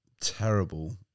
terrible